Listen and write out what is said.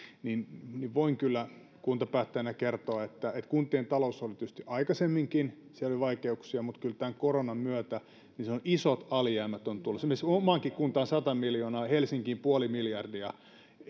voin kyllä kuntapäättäjänä kertoa että että kuntien taloudessa oli tietysti aikaisemminkin vaikeuksia mutta kyllä tämän koronan myötä siellä isot alijäämät ovat tulossa esimerkiksi omaankin kuntaani sata miljoonaa helsinkiin puoli miljardia